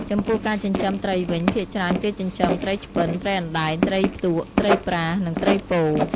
ចំពោះការចិញ្ចឹមត្រីវិញ ភាគច្រើនគេចិញ្ចឹម ត្រីឆ្ពិន ត្រីអណ្ដែង ត្រីផ្ទក់ ត្រីប្រា និងត្រីពោ...។